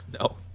No